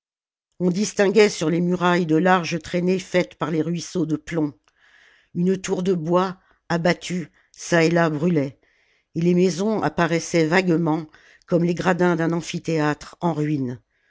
on distinguait sur les murailles de larges traînées faites par les ruisseaux de plomb une tour de bois abattue çà et là brûlait et les maisons apparaissaient vaguement comme les gradins d'un amphithéâtre en ruines